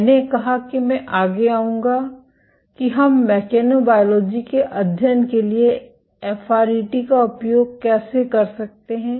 मैंने कहा कि मैं आगे आऊंगा कि हम मैकेनोबायोलॉजी के अध्ययन के लिए एफआरईटी का उपयोग कैसे कर सकते हैं